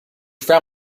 frown